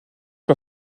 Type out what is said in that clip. par